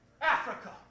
Africa